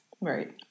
Right